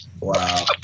Wow